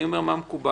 אני אומר מה מקובל.